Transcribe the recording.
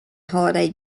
holiday